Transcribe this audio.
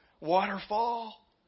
waterfall